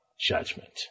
judgment